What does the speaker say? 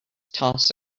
toss